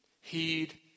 Heed